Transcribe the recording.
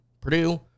Purdue